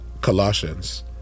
Colossians